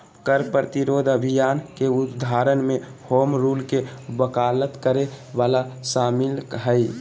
कर प्रतिरोध अभियान के उदाहरण में होम रूल के वकालत करे वला शामिल हइ